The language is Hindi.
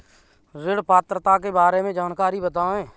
ऋण पात्रता के बारे में जानकारी बताएँ?